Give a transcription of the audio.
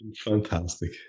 fantastic